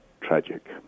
tragic